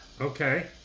okay